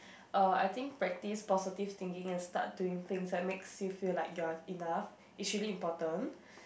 uh I think practice positive thinking and start doing things that makes you feel like you are enough is really important